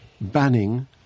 banning